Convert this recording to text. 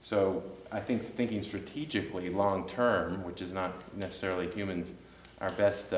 so i think thinking strategically long term which is not necessarily humans our best